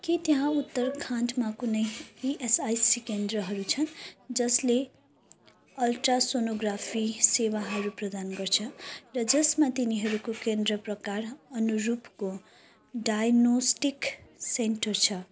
के त्यहाँ उत्तराखण्डमा कुनै इएसआइसी केन्द्रहरू छन् जसले अल्ट्रासोनोग्राफी सेवाहरू प्रदान गर्दछ र जसमा तिनीहरूको केन्द्र प्रकार अनुरूपको डायग्नोस्टिक सेन्टर छ